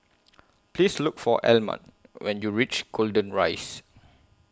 Please Look For Almon when YOU REACH Golden Rise